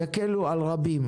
יקלו על רבים.